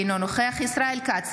אינו נוכח ישראל כץ,